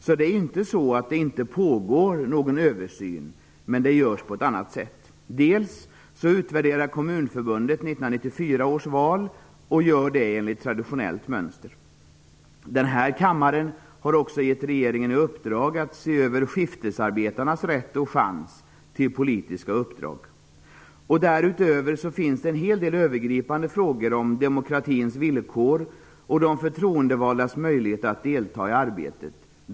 Det är alltså inte så att det inte pågår någon översyn, men den görs på ett annat sätt. Dels utvärderar Kommunförbundet 1994 års val, och gör det enligt traditionellt mönster. Den här kammaren har också givit regeringen i uppdrag att se över skiftarbetarnas rätt och chans till politiska uppdrag. Därutöver pågår i departementen arbete i en hel del övergripande frågor om demokratins villkor och de förtroendevaldas möjligheter att delta i arbetet.